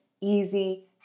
easy